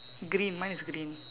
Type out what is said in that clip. green mine is green